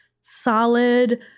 solid